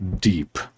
deep